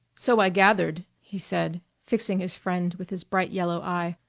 so i gathered, he said, fixing his friend with his bright-yellow eye.